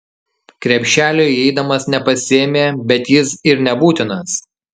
krepšelio įeidamas nepasiėmė bet jis ir nebūtinas